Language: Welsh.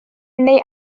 neu